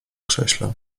krześle